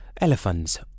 elephants